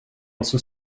also